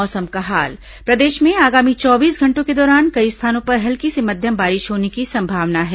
मौसम प्रदेश में आगामी चौबीस घंटों के दौरान कई स्थानों पर हल्की से मध्यम बारिश होने की संभावना है